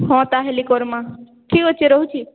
ହଁ ତାହେଲେ କର୍ମା ଠିକ୍ ଅଛି ରହୁଛି